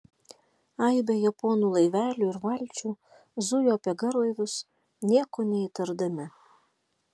aibė japonų laivelių ir valčių zujo apie garlaivius nieko neįtardami